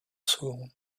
second